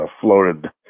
floated